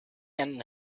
and